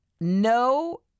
no